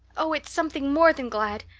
oh, it's something more than glad.